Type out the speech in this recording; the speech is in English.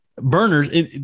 burners